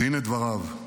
והינה דבריו: